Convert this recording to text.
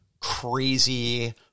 crazy